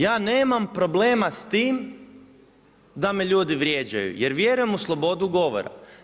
Ja nemam problema s tim, da me ljudi vrijeđaju, jer vjerujem u slobodu govora.